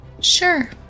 Sure